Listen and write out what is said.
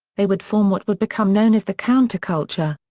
they would form what would become known as the counterculture.